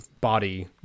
body